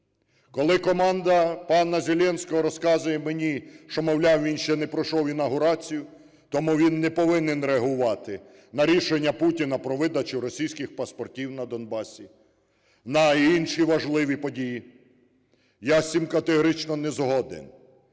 Коли команда пана Зеленського розказує мені, що, мовляв, він ще не пройшов інавгурацію, тому він не повинен реагувати на рішення Путіна про видачу російських паспортів на Донбасі, на інші важливі події, я з цим категорично не згоден.